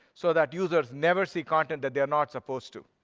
so that users never see content that they are not supposed to.